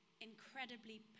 incredibly